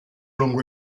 lungo